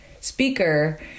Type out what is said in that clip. speaker